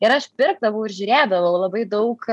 ir aš pirkdavau ir žiūrėdavau labai daug